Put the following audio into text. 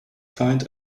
find